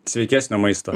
sveikesnio maisto